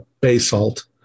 basalt